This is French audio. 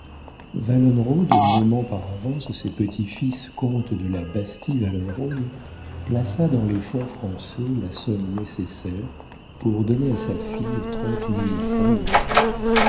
l'allemagne wallenrod nommant par avance ses petits-fils comtes de la bastie wallenrod plaça dans les fonds français la somme nécessaire pour donner à sa fille trente mille francs de rente